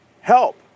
help